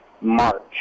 March